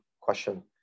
question